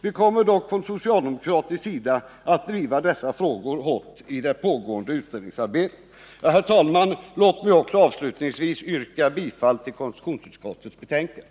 Vi kommer dock från socialdemokratisk sida att driva dessa frågor hårt i det pågående utredningsarbetet. Herr talman! Låt mig avslutningsvis få yrka bifall till konstitutionsutskottets hemställan.